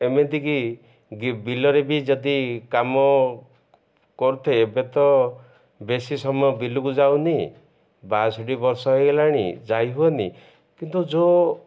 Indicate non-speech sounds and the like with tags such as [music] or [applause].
ଏମିତିକି [unintelligible] ବିଲରେ ବି ଯଦି କାମ କରୁଥେ ଏବେ ତ ବେଶୀ ସମୟ ବିଲକୁ ଯାଉନି ବାଷୋଠି ବର୍ଷ ହେଇଗଲାଣି ଯାଇ ହୁଏନି କିନ୍ତୁ ଯେଉଁ